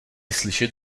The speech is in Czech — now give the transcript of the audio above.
slyšet